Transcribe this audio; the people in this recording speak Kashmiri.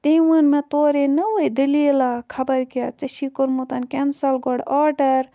تٔمۍ ووٚن مےٚ تورٕ یہِ نٔوٕے دٔلیٖلا خبر کیٛاہ ژےٚ چھی کوٚرمُت کٮ۪نسَل گۄڈٕ آرڈَر